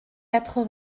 quatre